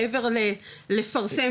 מעבר לפרסם,